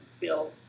feel